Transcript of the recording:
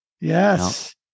Yes